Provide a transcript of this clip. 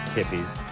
hippies.